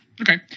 Okay